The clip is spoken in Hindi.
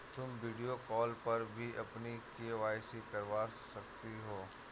तुम वीडियो कॉल पर भी अपनी के.वाई.सी करवा सकती हो